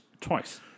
twice